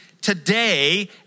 today